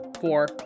Four